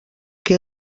que